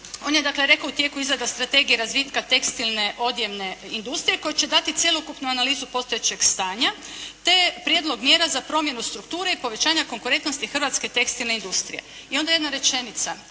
on je dakle rekao u tijeku izrada strategije i razvitka tekstilne odjevne industrije koje će dati cjelokupnu analizi postojećeg stanja, te prijedlog mjera za promjenu strukture i povećanja konkurentnosti hrvatske tekstilne industrije. I onda jedna rečenica.